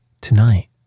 Tonight